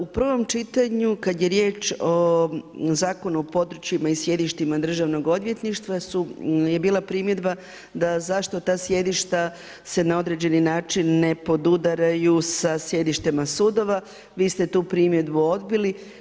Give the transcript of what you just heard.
U prvom čitanju kada je riječ o Zakonu o područjima i sjedištima državnog odvjetništva je bila primjedba da zašto ta sjedišta se na određeni način ne podudaraju sa sjedištima sudova, vi ste tu primjedbu odbili.